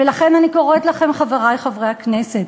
ולכן אני קוראת לכם, חברי חברי הכנסת,